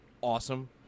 awesome